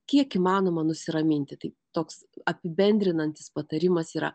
kiek įmanoma nusiraminti tai toks apibendrinantis patarimas yra